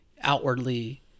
outwardly